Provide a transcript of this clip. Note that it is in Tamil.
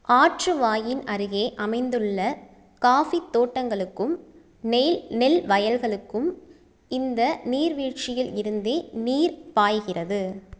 ஆற்று வாயின் அருகே அமைந்துள்ள காஃபி தோட்டங்களுக்கும் நெல் வயல்களுக்கும் இந்த நீர்வீழ்ச்சியில் இருந்தே நீர் பாய்கிறது